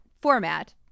format